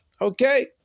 Okay